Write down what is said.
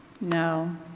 No